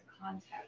context